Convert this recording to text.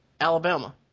Alabama